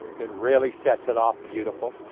it really sets it off beautiful.